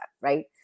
right